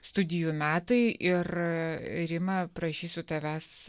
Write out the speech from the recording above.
studijų metai ir rima prašysiu tavęs